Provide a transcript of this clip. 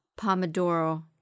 Pomodoro